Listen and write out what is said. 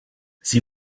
sie